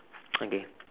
okay